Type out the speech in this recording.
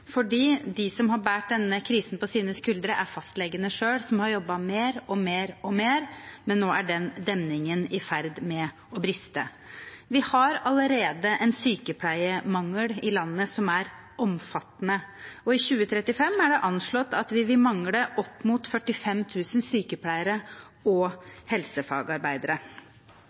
fordi de som har båret denne krisen på sine skuldre, er fastlegene selv, som har jobbet mer og mer og mer, men nå er denne demningen i ferd med å briste. Vi har allerede en omfattende sykepleiermangel i landet, og det er anslått at vi i 2035 vil mangle opp mot 45 000 sykepleiere og helsefagarbeidere.